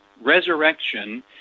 resurrection